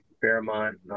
Fairmont